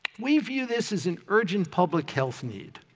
we view this as an urgent public health need.